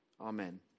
Amen